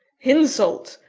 insult!